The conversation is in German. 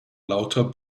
lauter